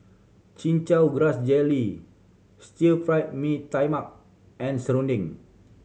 Chin Chow Grass Jelly Stir Fried Mee Tai Mak and serunding